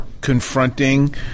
confronting